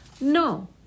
No